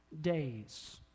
days